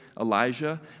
Elijah